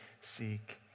seek